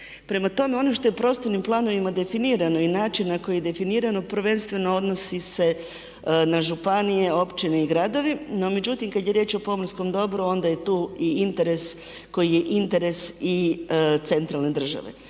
Prema tome, ono što je prostornim planovima definirano i način na koji je definirano prvenstveno odnosi se na županije, općine i gradove. No međutim, kad je riječ o pomorskom dobru onda je tu i interes koji je interes i centralne države.